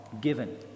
given